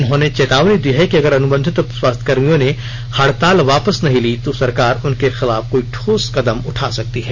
उन्होंने चेतावनी दी है कि अगर अनुबंधित स्वास्थ्यकर्मियों ने हड़ताल वापस नहीं ली तो सरकार उनके खिलाफ कोई ठोस कदम उठा सकती है